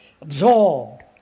absorbed